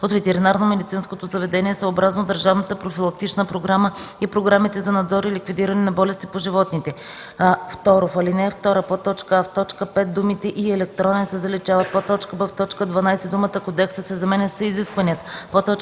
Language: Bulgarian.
от ветеринарномедицинското заведение съобразно държавната профилактична програма и програмите за надзор и ликвидиране на болести по животните”. 2. В ал. 2: а) в т. 5 думите „и електронен” се заличават; б) в т. 12 думата „Кодекса” се заменя с „изискванията”;